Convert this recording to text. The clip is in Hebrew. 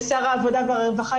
שר העבודה והרווחה,